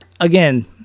again